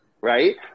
right